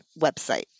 website